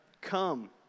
Come